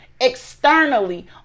externally